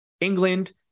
England